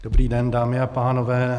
Dobrý den, dámy a pánové.